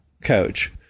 coach